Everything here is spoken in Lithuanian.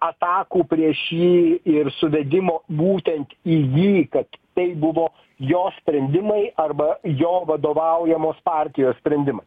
atakų prieš jį ir suvedimo būtent į jį kad tai buvo jo sprendimai arba jo vadovaujamos partijos sprendimai